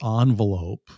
envelope